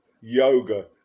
yoga